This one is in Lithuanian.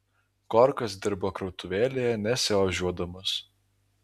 korkas dirbo krautuvėlėje nesiožiuodamas